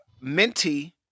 minty